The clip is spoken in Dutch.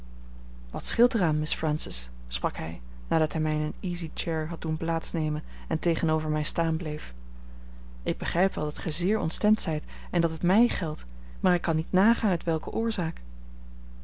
wat scheelt er aan miss francis sprak hij nadat hij mij in een easy chair had doen plaats nemen en tegenover mij staan bleef ik begrijp wel dat gij zeer ontstemd zijt en dat het mij geldt maar ik kan niet nagaan uit welke oorzaak